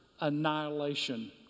annihilation